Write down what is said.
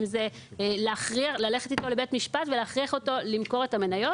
או בללכת איתו לבית משפט ולהכריח אותו למכור את המניות.